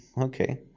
Okay